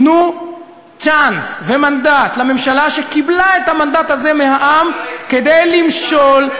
תנו צ'אנס ומנדט לממשלה שקיבלה את המנדט הזה מהעם כדי למשול.